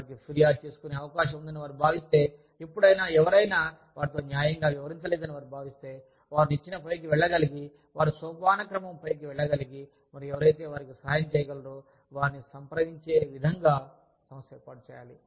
వారికి ఫిర్యాదు చేసుకునే అవకాశం ఉందని వారు భావిస్తే ఎప్పుడైనా ఎవరైనా వారితో న్యాయంగా వ్యవహరించలేదని వారు భావిస్తే వారు నిచ్చెన పైకి వెళ్ళగలిగి వారు సోపానక్రమం పైకి వెళ్ళ గలిగి మరియు ఎవరైతే వారికి సహాయం చేయగలరో వారిని సంప్రదించే విధంగా సంస్థ ఏర్పాటు చేయాలి